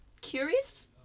Curious